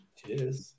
Cheers